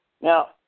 Now